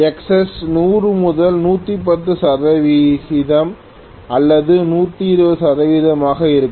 Xs 100 முதல் 110 சதவிகிதம் அல்லது 120 சதவிகிதம் ஆக இருக்கும்